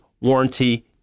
warranty